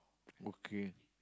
okay